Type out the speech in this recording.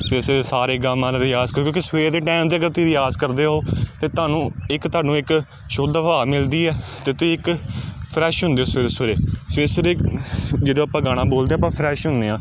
ਸਵੇਰੇ ਸਵੇਰੇ ਸਾ ਰੇ ਗਾ ਮਾ ਦਾ ਰਿਆਜ਼ ਕਿਉਂਕਿ ਸਵੇਰ ਦੇ ਟੈਮ 'ਤੇ ਅਗਰ ਤੁਸੀਂ ਰਿਆਜ਼ ਕਰਦੇ ਹੋ ਤਾਂ ਤੁਹਾਨੂੰ ਇੱਕ ਤੁਹਾਨੂੰ ਇੱਕ ਸ਼ੁੱਧ ਹਵਾ ਮਿਲਦੀ ਆ ਅਤੇ ਤੁਸੀਂ ਇੱਕ ਫਰੈਸ਼ ਹੁੰਦੇ ਹੋ ਸਵੇਰੇ ਸਵੇਰੇ ਸਵੇਰੇ ਸਵੇਰੇ ਜਦੋਂ ਆਪਾਂ ਗਾਣਾ ਬੋਲਦੇ ਹਾਂ ਆਪਾਂ ਫਰੈਸ਼ ਹੁੰਦੇ ਹਾਂ